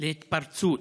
להתפרצות